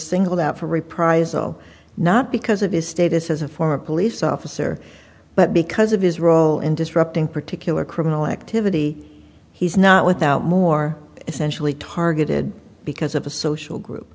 singled out for reprisal not because of his status as a former police officer but because of his role in disrupting particular criminal activity he's not without more essentially targeted because of a social group